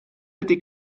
ydy